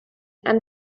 and